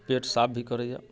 पेट साफ भी करैये